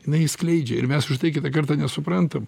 jinai jį skleidžia ir mes už tai kitą kartą nesuprantam